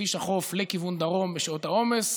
בכביש החוף לכיוון דרום בשעות העומס,